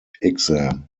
exam